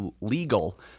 legal